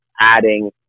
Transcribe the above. adding